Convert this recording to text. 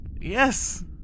Yes